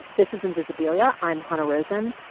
this is invisibilia. i'm hanna rosin.